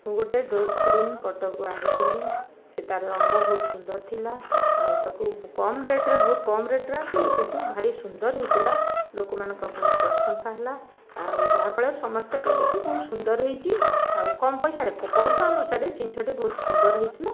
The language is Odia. ମୁଁ ଗୋଟେ ଡୋର୍ ସ୍କ୍ରିନ୍ କଟକରୁ ଆଣିଥିଲି ସେ ତାର ରଙ୍ଗ ବହୁ ସୁନ୍ଦର ଥିଲା ଆଉ ତାକୁ କମ୍ ରେଟ୍ରେ ବହୁତ କମ୍ ରେଟ୍ରେ ଆଣିଥିଲି କିନ୍ତୁ ଭାରି ସୁନ୍ଦର ହୋଇଥିଲା ଲୋକମାନଙ୍କ ବହୁତ ପ୍ରଶଂସା ହେଲା ଆଉ ଯାହାଫଳରେ ସମସ୍ତେ କହିଲେ କି ବହୁତ ସୁନ୍ଦର ହୋଇଛି ଆଉ କମ୍ ପଇସାରେ ପଇସା ଅନୁସାରେ ଜିନିଷଟି ବହୁତ ସୁନ୍ଦର ହୋଇଥିଲା